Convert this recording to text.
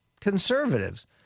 conservatives